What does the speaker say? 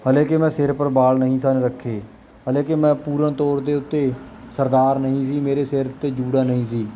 ਹਲੇ ਕਿ ਮੈਂ ਸਿਰ ਪਰ ਬਾਲ ਨਹੀਂ ਸਨ ਰੱਖੇ ਲੇਕਿਨ ਮੈਂ ਪੂਰਨ ਤੌਰ ਦੇ ਉੱਤੇ ਸਰਦਾਰ ਨਹੀਂ ਸੀ ਮੇਰੇ ਸਿਰ 'ਤੇ ਜੂੜਾ ਨਹੀਂ ਸੀ ਪਰ ਫਿਰ